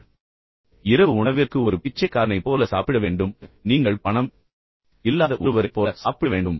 பின்னர் அவர்கள் கூறுவது போல் நீங்கள் இரவு உணவிற்கு வரும்போது ஒரு பிச்சைக்காரனைப் போல சாப்பிட வேண்டும் நீங்கள் பணம் இல்லாத ஒருவரைப் போல சாப்பிட வேண்டும்